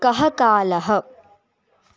कः कालः